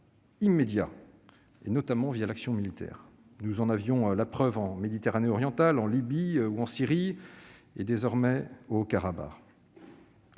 immédiat, notamment l'action militaire. Nous en avions la preuve en Méditerranée orientale, en Libye ou en Syrie ; désormais, c'est